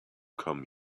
come